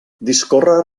discorre